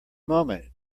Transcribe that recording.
moment